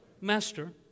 master